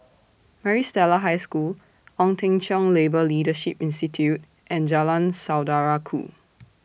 Maris Stella High School Ong Teng Cheong Labour Leadership Institute and Jalan Saudara Ku